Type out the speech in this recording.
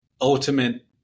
ultimate